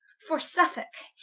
for suffolke,